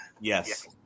Yes